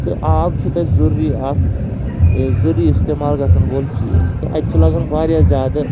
تہٕ آب چھُ تَتہِ ضروٗرِی اَکھ ضروٗرِی استعمال گژھن وول چیٖز تہٕ اَتہِ چھُ لَگان واریاہ زیادٕ